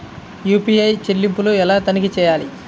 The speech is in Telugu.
యూ.పీ.ఐ చెల్లింపులు ఎలా తనిఖీ చేయాలి?